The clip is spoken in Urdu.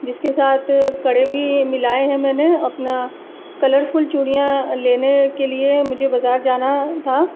جس کے ساتھ کڑے بھی ملائے ہیں میں نے اپنا کلرفل چوڑیاں لینے کے لیے مجھے بازار جانا تھا